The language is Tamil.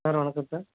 சார் வணக்கம் சார்